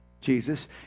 Jesus